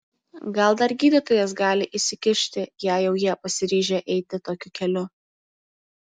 gal dar gydytojas gali įsikišti jei jau jie pasiryžę eiti tokiu keliu